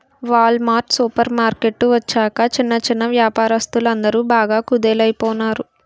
wall mart super market వచ్చాక చిన్న చిన్నా వ్యాపారస్తులందరు బాగా కుదేలయిపోనారు